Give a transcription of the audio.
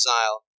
exile